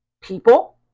people